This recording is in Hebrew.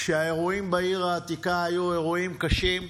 כשהאירועים בעיר העתיקה היו אירועים קשים,